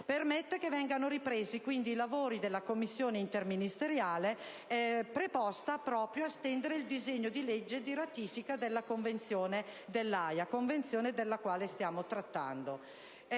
permette che vengano ripresi i lavori della commissione interministeriale preposta proprio ad estendere il testo del disegno di legge di ratifica della Convenzione dell'Aja, della quale stiamo trattando.